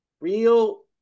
real